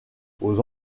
aux